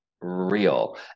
real